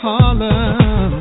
Harlem